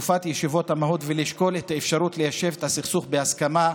בתקופת ישיבות המהו"ת ולשקול את האפשרות ליישב את הסכסוך בהסכמה,